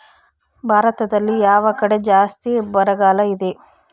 ಭಾರತದಲ್ಲಿ ಯಾವ ಕಡೆ ಜಾಸ್ತಿ ಬರಗಾಲ ಇದೆ?